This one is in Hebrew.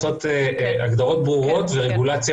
א שלה במשך שנים רבות וזאת על מנת לקדם את הנושא